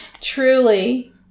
truly